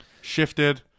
Shifted